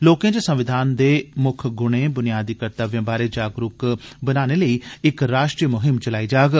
लोकें च संविधान दे मुक्ख गुणे बुनियादी कर्त्तव्यें बारे जागरूक बनाने लेई इक राश्ट्री मुहिम चलाई जाग